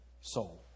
soul